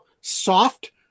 soft